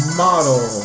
model